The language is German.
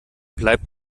bleibt